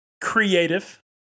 creative